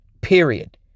period